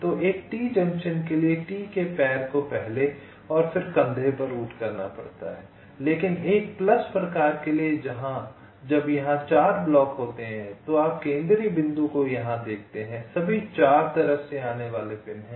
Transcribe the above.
तो एक T junction के लिए T के पैर को पहले और फिर कंधे पर रूट करना पड़ता है लेकिन एक प्लस प्रकार के लिए जब यहाँ 4 ब्लॉक होते हैं तो आप केंद्रीय बिंदु को यहाँ देखते हैं सभी 4 तरफ से आने वाले पिन हैं